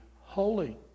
holy